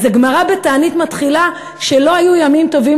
אז הגמרא בתענית מתחילה ש"לא היו ימים טובים